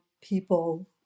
people